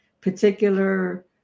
particular